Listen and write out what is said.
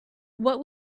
what